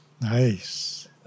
nice